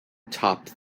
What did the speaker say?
topped